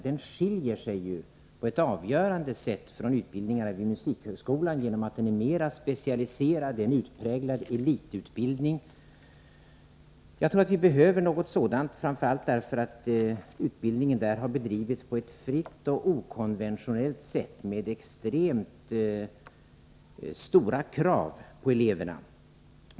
Den skiljer sig ju på ett avgörande sätt från utbildningar vid Musikhögskolan genom att den är mera specialiserad — det är som sagt en utpräglad elitutbildning. Enligt min mening behöver vi något sådant här, framför allt därför att utbildningen vid Edsbergs musikskola har bedrivits på ett fritt och okonventionellt sätt med extremt stora krav på eleverna.